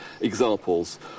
examples